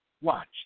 Watch